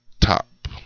top